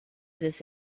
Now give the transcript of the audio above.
this